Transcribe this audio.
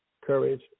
courage